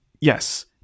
Yes